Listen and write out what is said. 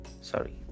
Sorry